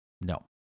No